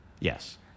Yes